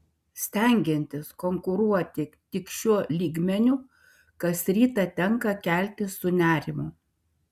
stengiantis konkuruoti tik šiuo lygmeniu kas rytą tenka keltis su nerimu